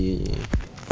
your head ah